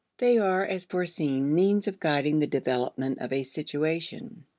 they are, as foreseen, means of guiding the development of a situation.